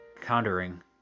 countering